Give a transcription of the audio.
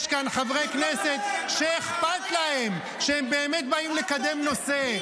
יש כאן חברי הכנסת שאכפת להם ------- שהם באמת באים לקדם נושא.